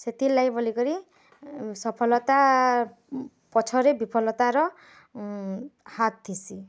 ସେଥିରଲାଗି ବୋଲିକରି ସଫଲତା ପଛରେ ବିଫଲତାର ହାତ୍ ଥିସି